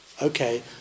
Okay